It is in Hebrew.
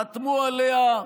חתמו עליה,